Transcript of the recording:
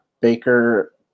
Baker